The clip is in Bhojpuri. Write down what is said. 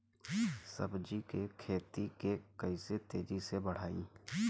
सब्जी के खेती के कइसे तेजी से बढ़ाई?